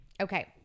Okay